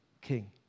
king